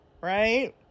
Right